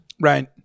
Right